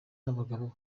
n’abagabo